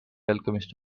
alchemist